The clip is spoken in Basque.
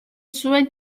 zuen